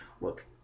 Look